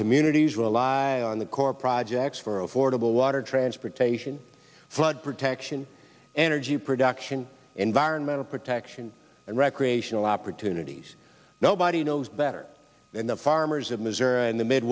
communities rely on the corps projects for affordable water transportation flood protection energy production environmental protection and recreational opportunities nobody knows better than the farmers of missouri in the mid